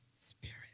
spirit